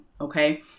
Okay